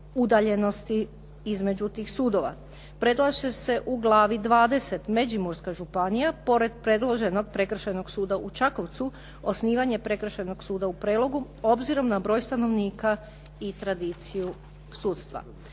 udaljenosti između tih sudova. Predlaže se u glavi XX Međimurska županija pored predloženog Prekršajnog suda u Čakovcu osnivanje Prekršajnog suda u Prelogu obzirom na broj stanovnika i tradiciju sudstva.